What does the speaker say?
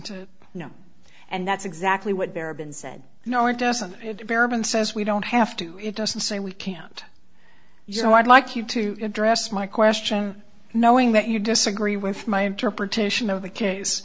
to no and that's exactly what their been said no it doesn't beribboned says we don't have to it doesn't say we can't you know i'd like you to address my question knowing that you disagree with my interpretation of the case